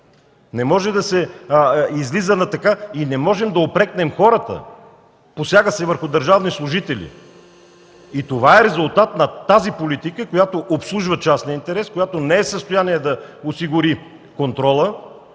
Не може да се палят коли, а и не можем да упрекнем хората. Посяга се върху държавни служители. Това е резултат на тази политика, която обслужва частния интерес, която не е в състояние да осигури контрола